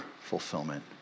fulfillment